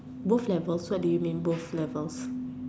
both levels what do you mean both levels